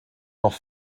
noch